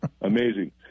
Amazing